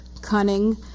cunning